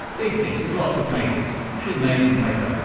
big things with lots of pages, actually made from paper?